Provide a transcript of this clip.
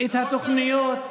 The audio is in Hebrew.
את התוכניות,